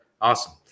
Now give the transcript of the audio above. Awesome